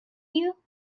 you